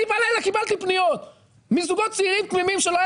אני בלילה קיבלתי פניות מזוגות צעירים תמימים שלא היה